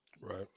Right